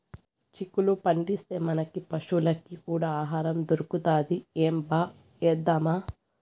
చిక్కుళ్ళు పండిస్తే, మనకీ పశులకీ కూడా ఆహారం దొరుకుతది ఏంబా ఏద్దామా